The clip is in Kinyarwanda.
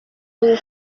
gukora